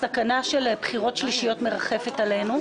סכנה של בחירות שלישיות מרחפת מעלינו,